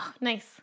Nice